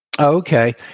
Okay